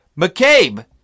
McCabe